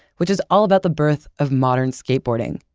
which is all about the birth of modern skateboarding.